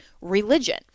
religion